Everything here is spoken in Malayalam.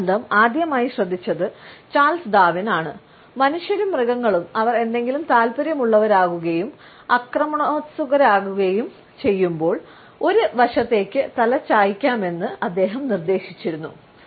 ഈ ബന്ധം ആദ്യമായി ശ്രദ്ധിച്ചത് ചാൾസ് ഡാർവിനാണ് മനുഷ്യരും മൃഗങ്ങളും അവർ എന്തെങ്കിലും താൽപ്പര്യമുള്ളവരാകുകയും ആക്രമണോത്സുകരാകാതിരിക്കുകയും ചെയ്യുമ്പോൾ ഒരു വശത്തേക്ക് തല ചായ്ക്കാമെന്ന് അദ്ദേഹം നിർദ്ദേശിച്ചിരുന്നു